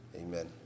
amen